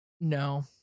No